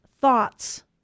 thoughts